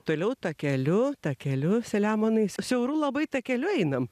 toliau takeliu takeliu selemonai siauru labai takeliu einame